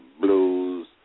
blues